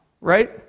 right